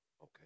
Okay